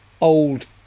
old